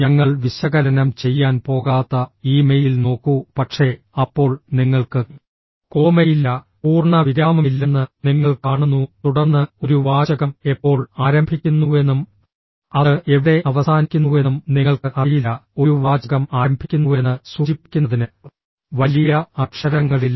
ഞങ്ങൾ വിശകലനം ചെയ്യാൻ പോകാത്ത ഈ മെയിൽ നോക്കൂ പക്ഷേ അപ്പോൾ നിങ്ങൾക്ക് കോമയില്ല പൂർണ്ണ വിരാമമില്ലെന്ന് നിങ്ങൾ കാണുന്നു തുടർന്ന് ഒരു വാചകം എപ്പോൾ ആരംഭിക്കുന്നുവെന്നും അത് എവിടെ അവസാനിക്കുന്നുവെന്നും നിങ്ങൾക്ക് അറിയില്ല ഒരു വാചകം ആരംഭിക്കുന്നുവെന്ന് സൂചിപ്പിക്കുന്നതിന് വലിയ അക്ഷരങ്ങളില്ല